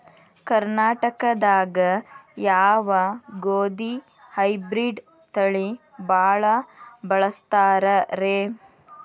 ಕರ್ನಾಟಕದಾಗ ಯಾವ ಗೋಧಿ ಹೈಬ್ರಿಡ್ ತಳಿ ಭಾಳ ಬಳಸ್ತಾರ ರೇ?